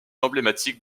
emblématique